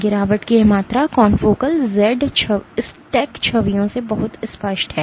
गिरावट की यह मात्रा confocal z स्टैक छवियों से बहुत स्पष्ट है